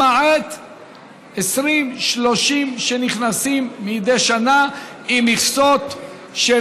למעט 20 30 נכנסים מדי שנה עם מכסות של